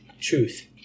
truth